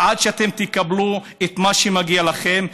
עד שאתם תקבלו את מה שמגיע לכם.